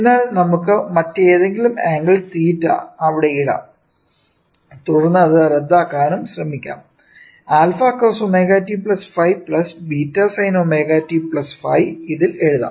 എന്നാൽ നമുക്ക് മറ്റേതെങ്കിലും ആംഗിൾ തീറ്റ 𝞡 അവിടെ ഇടാം തുടർന്ന് അത് റദ്ദാക്കാനും ശ്രമിക്കാം α cos ω t ϕ β സൈൻ ω t ϕ ഇതിൽ എഴുതാം